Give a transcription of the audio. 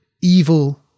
evil